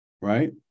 right